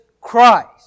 Christ